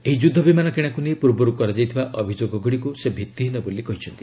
ଏହି ଯୁଦ୍ଧ ବିମାନ କିଣାକୁ ନେଇ ପୂର୍ବରୁ କରାଯାଇଥିବା ଅଭିଯୋଗଗୁଡ଼ିକୁ ସେ ଭିତ୍ତିହୀନ ବୋଲି କହିଛନ୍ତି